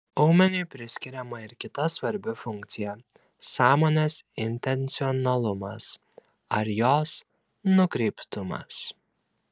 aumeniui priskiriama ir kita svarbi funkcija sąmonės intencionalumas ar jos nukreiptumas